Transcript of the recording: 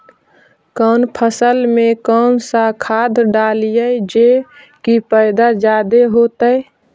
कौन फसल मे कौन सा खाध डलियय जे की पैदा जादे होतय?